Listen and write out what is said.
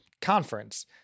conference